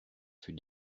fut